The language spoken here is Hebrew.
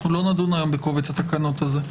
אנחנו לא נדון היום בקובץ התקנות השלישי.